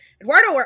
Eduardo